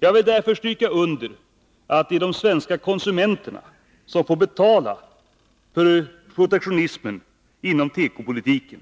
Jag vill därför stryka under att det är de svenska konsumenterna som får betala för protektionismen inom tekopolitiken.